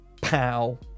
pow